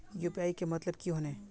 UPI के मतलब की होने?